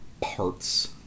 parts